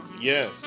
yes